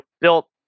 built